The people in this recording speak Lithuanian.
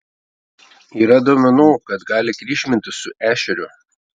yra duomenų kad gali kryžmintis su ešeriu